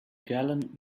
gallant